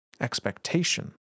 expectation